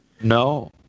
No